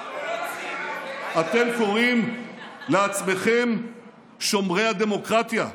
אתם קוראים לעצמכם שומרי הדמוקרטיה,